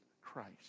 Christ